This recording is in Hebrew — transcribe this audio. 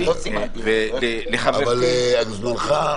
אבל על זמנך.